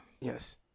Yes